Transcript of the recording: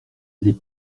les